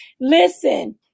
Listen